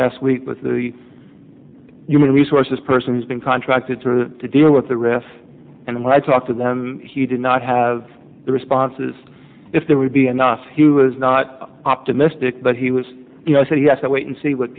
last week with the human resources person who's been contracted to deal with the rest and when i talk to them he did not have the responses if there would be enough he was not optimistic but he was you know i said you have to wait and see what